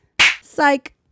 Psych